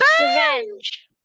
Revenge